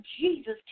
Jesus